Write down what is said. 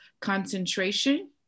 concentration